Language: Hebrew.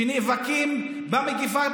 ונאבקים במגפה,